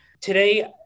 Today